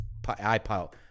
iPod